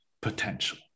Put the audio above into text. potential